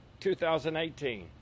2018